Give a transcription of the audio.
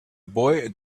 boy